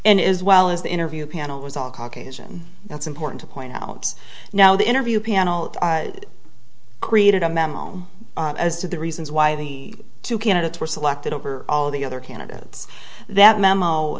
and is well as the interview panel was all caucasian and it's important to point out now the interview panel created a memo as to the reasons why the two candidates were selected over all the other candidates that memo